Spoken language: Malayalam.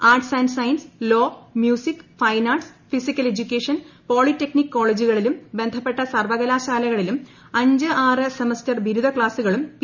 arts and science law music fine arts physical education polytechnic കോളജുകളിലും ബന്ധപ്പെട്ട സർവകലാശാലകളിലും അഞ്ച് ആറ് സെമസ്റ്റർ ബിരുദ ക്ലാസുകളും പി